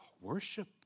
Worship